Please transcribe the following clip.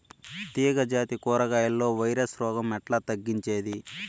తీగ జాతి కూరగాయల్లో వైరస్ రోగం ఎట్లా తగ్గించేది?